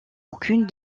aucune